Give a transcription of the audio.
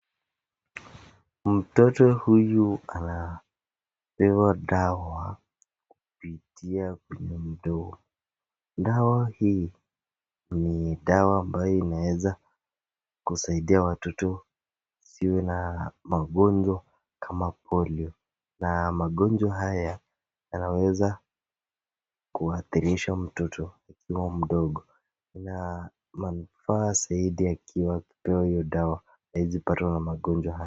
Mtoto huyu anapewa dawa kupitia kwenye mdomo. Dawa hii ni dawa ambayo inaweza kusaidia watoto wasiwe na magonjwa kama Polio na magonjwa haya yanaweza kuathirisha mtoto huyo mdogo na manufaa zaidi akipewa hiyo dawa hawezi patwa na magonjwa haya.